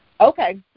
Okay